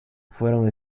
fueron